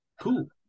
Cool